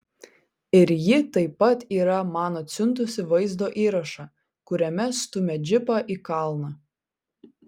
ir ji taip pat yra man atsiuntusi vaizdo įrašą kuriame stumia džipą į kalną